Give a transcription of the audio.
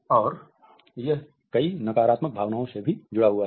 और यह कई नकारात्मक भावनाओं से भी जुड़ा हुआ है